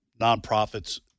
nonprofits